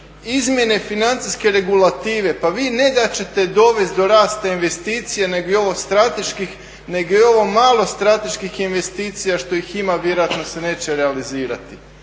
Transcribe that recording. izmjene financijske regulative, pa vi ne da ćete dovesti do rasta investicija nego i ovo malo strateških investicija što ih ima vjerojatno se neće realizirati.